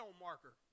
marker